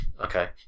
Okay